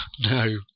No